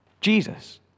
Jesus